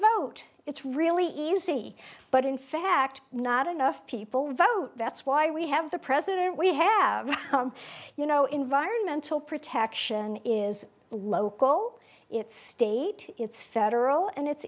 vote it's really easy but in fact not enough people vote that's why we have the president we have you know environmental protection is local it's state it's federal and it's